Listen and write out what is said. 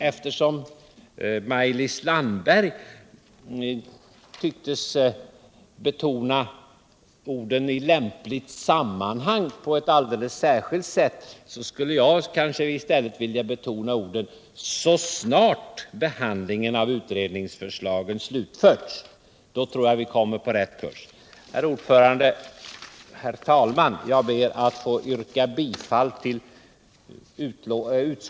Eftersom Maj-Lis Landberg tycktes betona orden ”i lämpligt sammanhang” på ett alldeles särskilt sätt, skulle jag i stället vilja betona ”så snart behandlingen av utredningsförslagen slutförts”. Då tror jag vi kommer på rätt kurs.